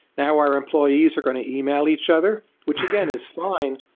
now, our employees are going to email each other, which, again, is fine,